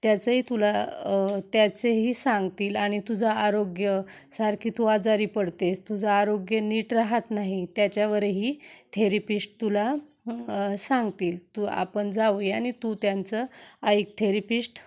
त्याचंही तुला त्याचेही सांगतील आणि तुझं आरोग्य सारखी तू आजारी पडतेस तुझं आरोग्य नीट राहात नाही त्याच्यावरही थेरिपिश्ट तुला सांगतील तू आपण जाऊ या आणि तू त्यांचं ऐक थेरिपिश्ट